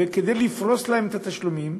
וכדי לפרוס להם את התשלומים,